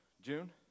June